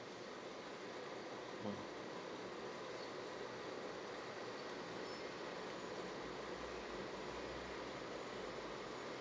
mm